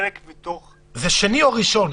זה שני או ראשון?